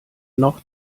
noch